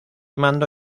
mando